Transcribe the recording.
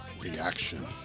reaction